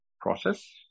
process